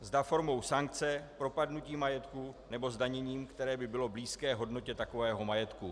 ... zda formou sankce, propadnutí majetku nebo zdaněním, které by bylo blízké hodnotě takového majetku.